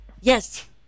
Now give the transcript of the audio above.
Yes